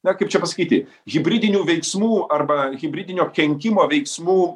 na kaip čia pasakyti hibridinių veiksmų arba hibridinio kenkimo veiksmų